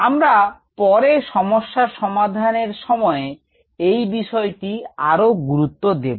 আমরা পরে সমস্যা সমাধানের সময় এই বিষয়টি আরও গুরুত্ব দেব